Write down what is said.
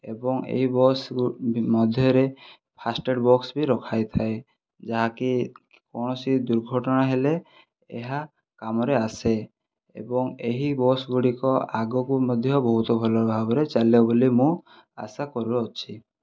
ଏବଂ ଏହି ବସ ମଧ୍ୟରେ ଫାଷ୍ଟଏଡ଼ ବକ୍ସ ବି ରଖାଯାଇଥାଏ ଯାହାକି କୌଣସି ଦୁର୍ଘଟଣା ହେଲେ ଏହା କାମରେ ଆସେ ଏବଂ ଏହି ବସଗୁଡ଼ିକ ଆଗକୁ ମଧ୍ୟ ବହୁ ଭଲଭାବରେ ଚାଲିବ ବୋଲି ମୁଁ ଆଶା କରୁଅଛି